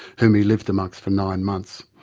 whom he lived amongst for nine months.